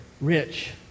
rich